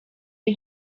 iri